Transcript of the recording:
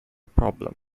problem